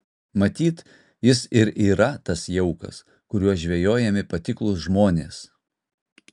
matyt jis ir yra tas jaukas kuriuo žvejojami patiklūs žmonės